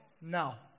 now